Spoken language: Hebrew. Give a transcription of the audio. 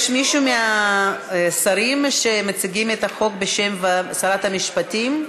יש מישהו מהשרים שמציג את החוק בשם שרת המשפטים?